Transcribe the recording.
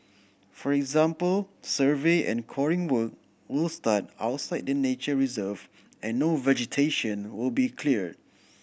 for example survey and coring work will start outside the nature reserve and no vegetation will be cleared